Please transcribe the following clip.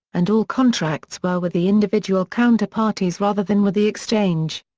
and all contracts were with the individual counter-parties rather than with the exchange.